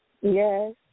Yes